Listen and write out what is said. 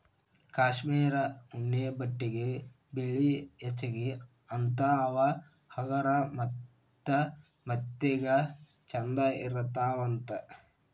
cashmere ಉಣ್ಣೆ ಬಟ್ಟೆಗೆ ಬೆಲಿ ಹೆಚಗಿ ಅಂತಾ ಅವ ಹಗರ ಮತ್ತ ಮೆತ್ತಗ ಚಂದ ಇರತಾವಂತ